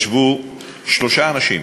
ישבו שלושה אנשים,